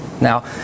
Now